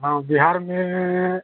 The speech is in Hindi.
हाँ बिहार में